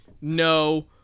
no